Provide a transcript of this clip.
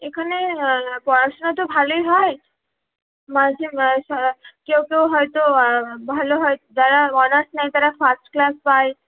এখানে পড়াশোনা তো ভালোই হয় মাঝে কেউ কেউ হয়তো ভালো হয় যারা অনার্স নেয় তারা ফার্স্ট ক্লাস পায়